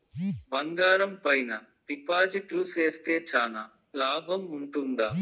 బంగారం పైన డిపాజిట్లు సేస్తే చానా లాభం ఉంటుందా?